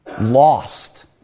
Lost